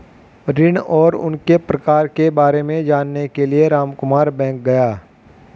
ऋण और उनके प्रकार के बारे में जानने के लिए रामकुमार बैंक गया